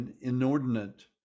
inordinate